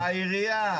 לעירייה.